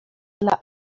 dla